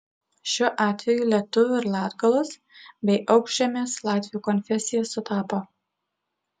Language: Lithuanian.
šiuo atveju lietuvių ir latgalos bei aukšžemės latvių konfesija sutapo